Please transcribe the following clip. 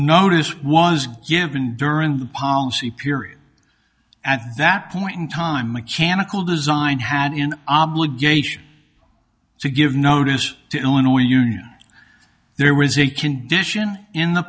notice was given during the policy period at that point in time mechanical design had in obligation to give notice to illinois union there was a condition in the